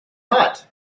hot